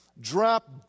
drop